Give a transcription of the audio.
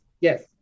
yes